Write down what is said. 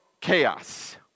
chaos